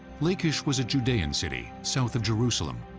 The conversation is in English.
lachish was a judean city south of jerusalem,